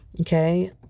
okay